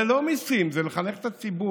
זה לא מיסים, זה לחנך את הציבור.